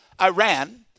Iran